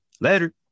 Later